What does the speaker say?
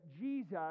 Jesus